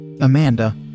Amanda